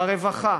ברווחה,